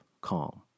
calm